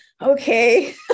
okay